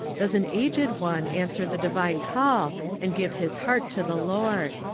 does an aged one answer the divine call and give his heart to the lord!